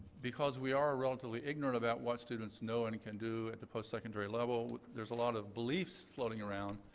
because we are relatively ignorant about what students know and can do at the post-secondary level, there's a lot of beliefs floating around.